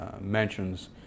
mentions